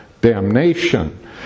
damnation